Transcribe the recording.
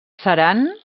seran